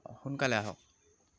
সোনকালে আহক